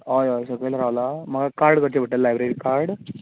हय हय म्हाका कार्ड करचें पडटलें लायब्ररी कार्ड